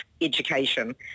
education